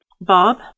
Bob